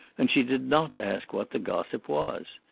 and she did not ask what the gossip was.